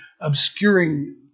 obscuring